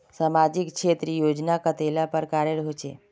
सामाजिक क्षेत्र योजनाएँ कतेला प्रकारेर होचे?